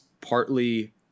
partly